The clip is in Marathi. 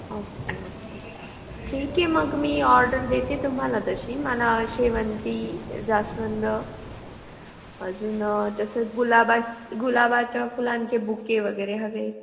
ओके ओके ठीक आहे मग मी ऑर्डर देते तुम्हाला तशी मला शेवंती जास्वंद अजून तसंच गुलाबां गुलाबाच्या फुलांचे बुके वगैरे हवे आहेत